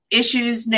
issues